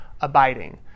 abiding